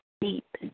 deep